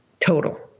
total